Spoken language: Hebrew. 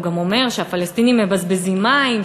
הוא גם אומר שהפלסטינים מבזבזים מים,